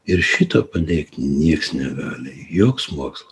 ir šito paneigt nieks negali joks moksla